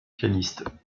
pianiste